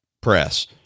press